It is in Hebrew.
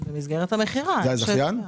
זה היה זכיין?